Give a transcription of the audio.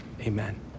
Amen